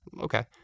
okay